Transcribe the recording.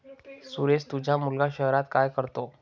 सुरेश तुझा मुलगा शहरात काय करतो